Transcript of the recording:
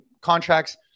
contracts